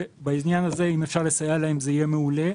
אם אפשר לסייע להם בעניין הזה, זה יהיה מעולה.